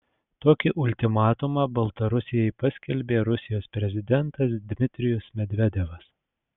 tokį ultimatumą baltarusijai paskelbė rusijos prezidentas dmitrijus medvedevas